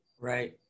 right